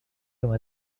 comme